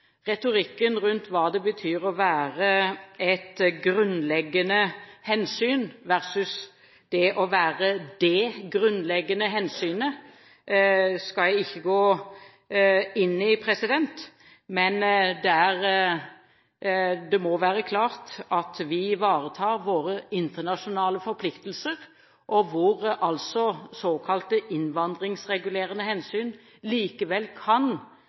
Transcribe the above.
Retorikken rundt hva det betyr å være «et grunnleggende hensyn» versus det å være «det grunnleggende hensynet», skal jeg ikke gå inn i, men det må være klart at vi ivaretar våre internasjonale forpliktelser, og hvor altså såkalte innvandringsregulerende hensyn likevel kan